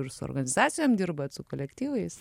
ir su organizacijom dirbat su kolektyvais